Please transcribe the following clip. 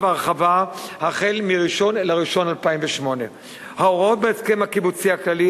ההרחבה החל מ-1 בינואר 2008. ההוראות בהסכם הקיבוצי הכללי,